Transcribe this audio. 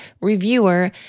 reviewer